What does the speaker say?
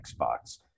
Xbox